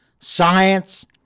science